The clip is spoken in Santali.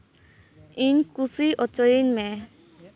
ᱤᱧ ᱠᱩᱥᱤ ᱚᱪᱚᱭᱤᱧ ᱢᱮ